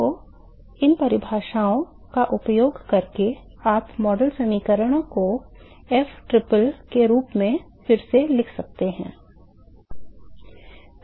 तो इन परिभाषाओं का उपयोग करके आप मॉडल समीकरणों को ftriple के रूप में फिर से लिख सकते हैं